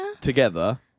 together